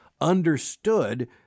understood